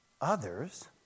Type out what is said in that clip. others